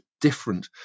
different